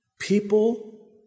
people